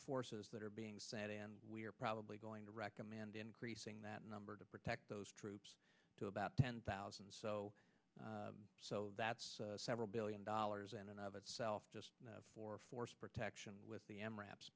forces that are being set and we're probably going to recommend increasing that number to protect those troops to about ten thousand so that's several billion dollars and and of itself just for force protection with the m raps